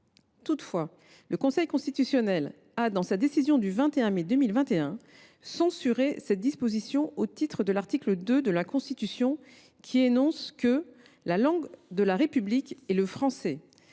Toutefois, le Conseil constitutionnel, dans sa décision du 21 mai 2021, a censuré cette disposition au titre de l’article 2 de la Constitution, qui énonce que « la langue de la République est le français ».